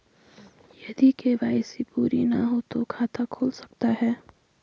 यदि के.वाई.सी पूरी ना हो तो खाता खुल सकता है?